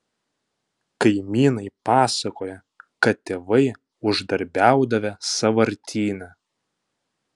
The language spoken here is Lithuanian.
kaimynai pasakoja kad tėvai uždarbiaudavę sąvartyne